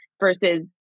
Versus